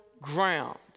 ground